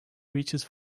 reaches